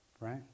right